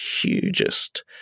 hugest